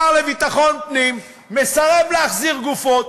השר לביטחון פנים מסרב להחזיר גופות,